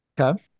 Okay